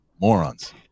morons